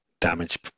damage